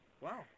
Wow